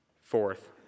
Fourth